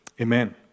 Amen